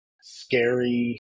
scary